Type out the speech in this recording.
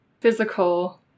physical